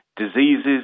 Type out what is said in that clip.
diseases